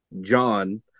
John